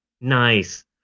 Nice